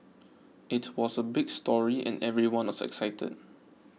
it was a big story and everyone was excited